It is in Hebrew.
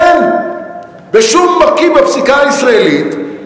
אין בשום מרכיב בפסיקה הישראלית,